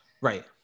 Right